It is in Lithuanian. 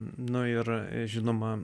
nu ir žinoma